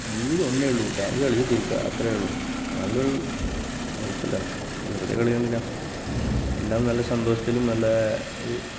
ജീവിതം ഒന്നേ ഉള്ളു ഡാൻസ് കളിച്ച് തീർക്കുക അത്രയേ ഉള്ളൂ നല്ലൊരു ലൈഫ് അല്ലെ വെറുതെ കളയുന്നത് എന്തിനാണ് എല്ലാം നല്ല സന്തോഷത്തിലും നല്ല ഒരു